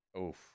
Oof